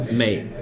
mate